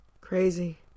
Crazy